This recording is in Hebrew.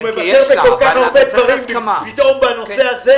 הוא מבקש כל כך הרבה דברים, פתאום בנושא הזה